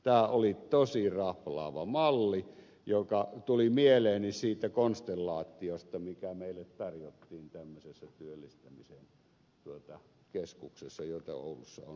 tämä oli tosi raflaava malli joka tuli mieleeni siitä konstellaatiosta mikä meille tarjottiin tämmöisessä työllistämisen keskuksessa joita oulussa on useampi kappale